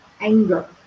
anger